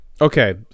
okay